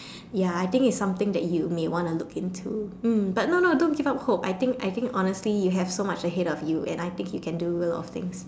ya I think it's something that you may want to look into but no no don't give up hope I think I think honestly you have so much ahead of you and I think you can do a lot of things